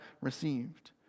received